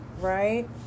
right